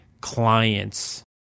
clients